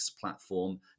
platform